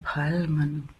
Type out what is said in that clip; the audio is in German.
palmen